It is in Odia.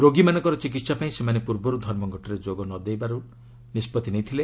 ରୋଗୀମାନଙ୍କର ଚିକିତ୍ସା ପାଇଁ ସେମାନେ ପୂର୍ବରୁ ଧର୍ମଘଟରେ ଯୋଗ ନଦେବାକୁ ନିଷ୍ପଭି ନେଇଥିଲେ